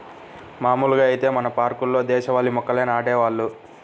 మాములుగా ఐతే మన పార్కుల్లో దేశవాళీ మొక్కల్నే నాటేవాళ్ళు